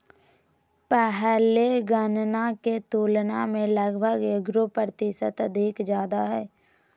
पहले गणना के तुलना में लगभग एगो प्रतिशत अधिक ज्यादा हइ